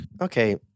Okay